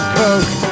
coke